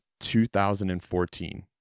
2014